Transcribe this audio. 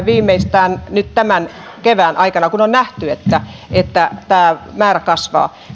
viimeistään nyt tämän kevään aikana kun on nähty että että tämä määrä kasvaa